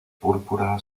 púrpura